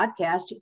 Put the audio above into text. podcast